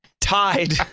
tied